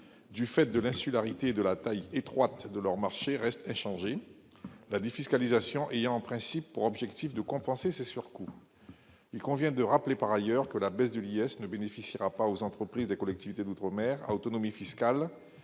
du fait de l'insularité et de la taille étroite de leur marché, restent inchangés, la défiscalisation ayant en principe pour objectif de compenser ces surcoûts. Il convient de rappeler par ailleurs que la baisse de l'impôt sur les sociétés ne profitera pas aux entreprises des collectivités d'outre-mer à autonomie fiscale,